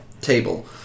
table